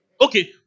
Okay